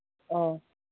ꯑꯣ